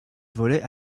volait